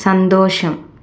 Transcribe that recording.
സന്തോഷം